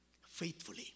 faithfully